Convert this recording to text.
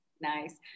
nice